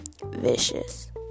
Vicious